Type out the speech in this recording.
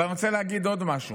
אבל אני רוצה להגיד עוד משהו: